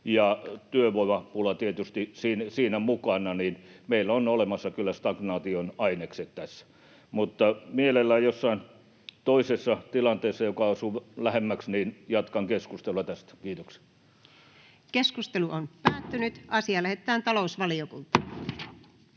työvoimapula tietysti siinä mukana, niin meillä on olemassa kyllä stagnaation ainekset tässä. Mutta mielellään jossain toisessa tilanteessa, joka osuu lähemmäksi, jatkan keskustelua tästä. — Kiitokset. [Speech 32] Speaker: Anu Vehviläinen Party: